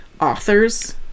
authors